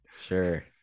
Sure